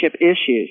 issues